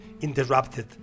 interrupted